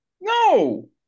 No